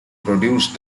produced